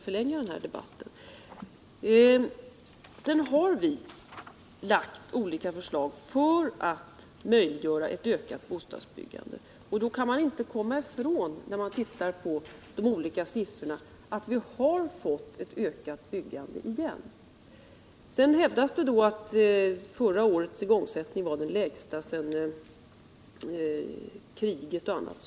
Vi har lagt fram olika förslag för att möjliggöra ett ökat bostadsbyggande. Och man kan då inte komma ifrån — när man ser på de olika siffrorna — att vi fått ett ökat byggande igen. Det hävdas att förra årets igångsättning var den lägsta sedan kriget och liknande.